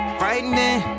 frightening